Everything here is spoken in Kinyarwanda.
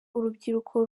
urubyiruko